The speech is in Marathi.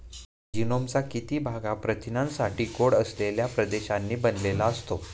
जीनोमचा किती भाग हा प्रथिनांसाठी कोड असलेल्या प्रदेशांनी बनलेला असतो?